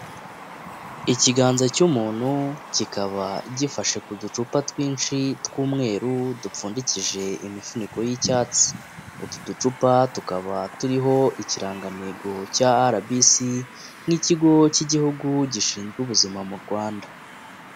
Ikiganza cy'umuntu kikaba gifashe ku ducupa twinshi tw'umweru dupfundikishije imifuniko y'icyatsi, utu ducupa tukaba turiho ikirangantego cya RBC nk'ikigo cy'igihugu gishinzwe ubuzima mu Rwanda.